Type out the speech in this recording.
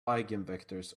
eigenvectors